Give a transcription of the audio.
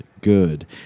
good